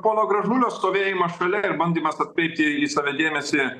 pono gražulio stovėjimą šalia ir bandymas atkreipti į save dėmesį